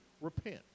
repent